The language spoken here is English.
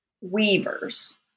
weavers